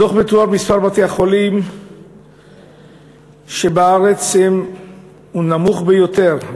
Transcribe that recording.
בדוח מתואר שמספר בתי-חולים בארץ הוא נמוך ביותר,